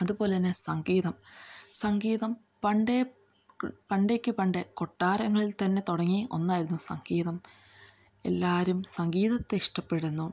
അതുപോലെതന്നെ സംഗീതം സംഗീതം പണ്ടേ പണ്ടേക്കൂ പണ്ടേ കൊട്ടാരങ്ങളിൽ തന്നെ തുടങ്ങി ഒന്നായിരുന്നു സംഗീതം എല്ലാവരും സംഗീതത്തെ ഇഷ്ടപ്പെടുന്നു